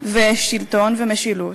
שלטון ומשילות,